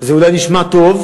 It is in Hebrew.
זה אולי נשמע טוב.